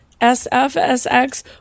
SFSX